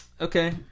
Okay